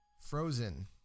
Frozen